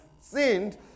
sinned